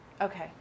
Okay